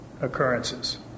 occurrences